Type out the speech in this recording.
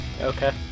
okay